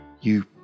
You